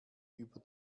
über